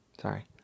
sorry